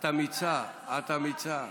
את אמיצה, את אמיצה.